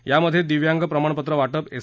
या मध्ये दिव्यांग प्रमाणपत्र वाटप एस